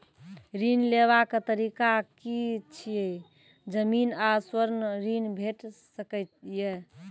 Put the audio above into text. ऋण लेवाक तरीका की ऐछि? जमीन आ स्वर्ण ऋण भेट सकै ये?